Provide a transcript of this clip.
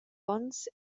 onns